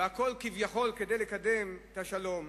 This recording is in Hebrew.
והכול כביכול כדי לקדם את השלום,